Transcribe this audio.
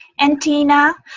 and tina.